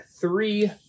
three